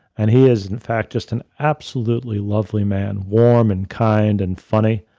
and he is in fact, just an absolutely lovely man warm and kind and funny.